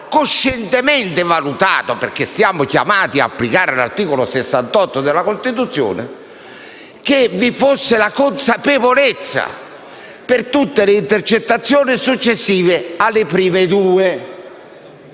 coscientemente valutato, dato che siamo chiamati ad applicare l'articolo 68 della Costituzione, che vi fosse consapevolezza per tutte le intercettazioni successive alle prime due,